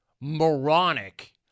moronic